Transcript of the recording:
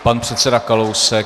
Pan předseda Kalousek.